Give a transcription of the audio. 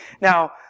Now